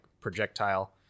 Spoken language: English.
projectile